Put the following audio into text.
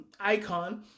icon